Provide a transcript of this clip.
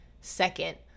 second